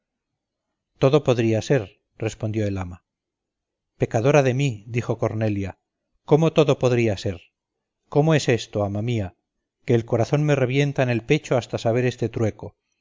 todo podía ser respondió el ama pecadora de mí dijo cornelia cómo todo podía ser cómo es esto ama mía que el corazón me revienta en el pecho hasta saber este trueco